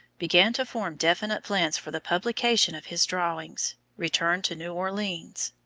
began to form definite plans for the publication of his drawings. returned to new orleans.